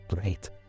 great